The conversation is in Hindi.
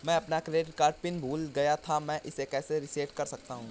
मैं अपना क्रेडिट कार्ड पिन भूल गया था मैं इसे कैसे रीसेट कर सकता हूँ?